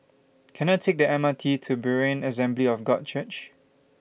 Can I Take The M R T to Berean Assembly of God Church